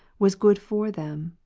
was good for them.